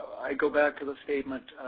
i go back to the statement,